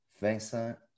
Vincent